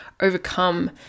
overcome